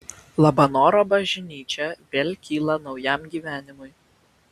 labanoro bažnyčia vėl kyla naujam gyvenimui